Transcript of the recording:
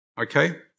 Okay